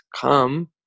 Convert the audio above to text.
come